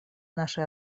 нашей